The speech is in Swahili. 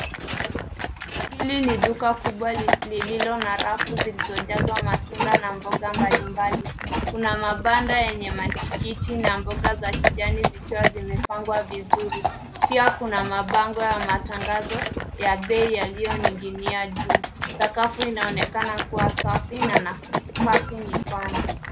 Hili mi duka kubwa lililo na rafu zilizojazwa matunda na mboga mbalimbali. Kuna mabanda yenye matikiti na mboga za kijani zikiwa zimepangwa vizuri. Pia kuna mabango ya matangazo ya bei yaliyoning'inia juu. Sakafu inaonekana kuwa safi na nafasi ni pana.